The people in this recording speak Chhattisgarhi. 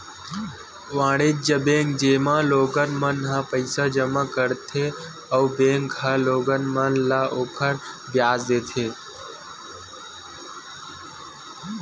वाणिज्य बेंक, जेमा लोगन मन ह पईसा जमा करथे अउ बेंक ह लोगन मन ल ओखर बियाज देथे